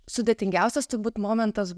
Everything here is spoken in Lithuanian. sudėtingiausias turbūt momentas